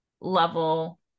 level